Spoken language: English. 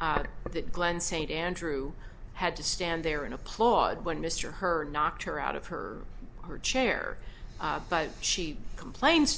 that glenn st andrew had to stand there and applaud when mr hurd knocked her out of her chair but she complains